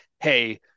Hey